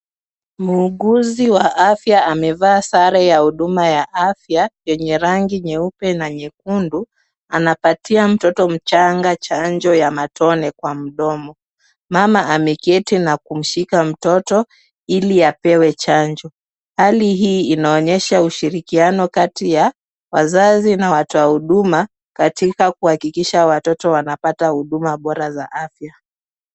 Muuguzi wa afya amevaa sare ya huduma ya afya, yenye rangi nyeupe na nyekundu anapatia mtoto mchanga chanjo ya matone kwa mdomo. Mama ameketi na kumshika mtoto ili apewe chanjo. Hali hii inaonyesha ushirikiano kati ya wazazi na watu wa huduma katika kuhakikisha watoto wanapata huduma bora za afya.